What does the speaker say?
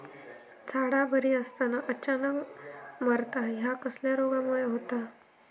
झाडा बरी असताना अचानक मरता हया कसल्या रोगामुळे होता?